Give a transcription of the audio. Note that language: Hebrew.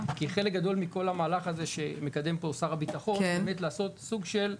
כי חלק גדול מכל המהלך הזה שמקדם פה שר הביטחון זה באמת לעשות סוג של,